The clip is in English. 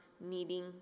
needing